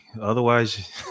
Otherwise